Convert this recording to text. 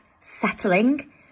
settling